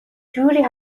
جوری